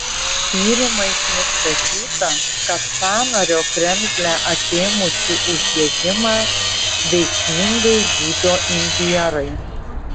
tyrimais nustatyta kad sąnario kremzlę apėmusį uždegimą veiksmingai gydo imbierai